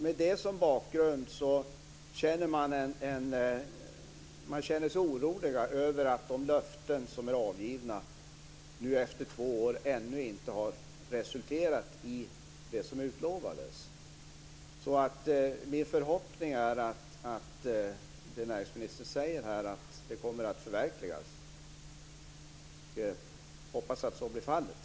Med det som bakgrund känner man sig orolig över att de löften som är avgivna ännu inte efter två år har resulterat i det som utlovades. Näringsministern säger att detta kommer att förverkligas, och det är min förhoppning att så blir fallet.